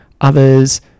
others